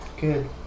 Good